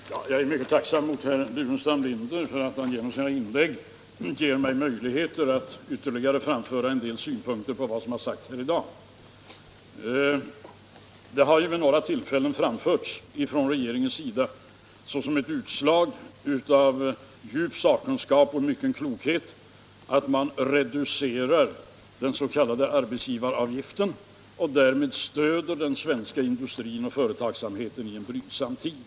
Herr talman! Jag är mycket tacksam mot herr Burenstam Linder för att han genom sina inlägg ger mig möjligheter att ytterligare framföra en del synpunkter på vad som har sagts här i dag. Det har vid några tillfällen framförts från regeringens sida såsom ett utslag av djup sakkunskap och mycken klokhet att man reducerar den s.k. arbetsgivaravgiften och därmed stöder den svenska industrin och företagsamheten i en brydsam tid.